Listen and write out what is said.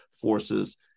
forces